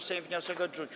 Sejm wniosek odrzucił.